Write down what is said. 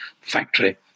factory